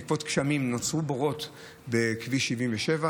ובעקבות גשמים נוצרו בורות בכביש 77,